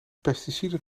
pesticiden